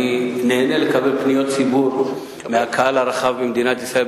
אני נהנה לקבל פניות ציבור מהקהל הרחב במדינת ישראל,